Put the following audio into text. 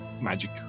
magic